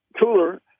cooler